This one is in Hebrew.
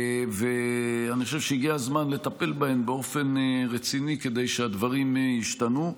אני חושב שהגיע הזמן לטפל בהן באופן רציני כדי שהדברים ישתנו.